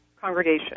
congregation